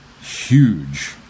huge